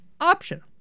option